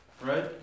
right